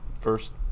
first